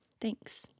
Thanks